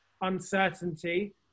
uncertainty